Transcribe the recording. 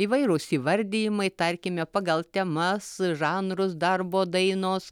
įvairūs įvardijimai tarkime pagal temas žanrus darbo dainos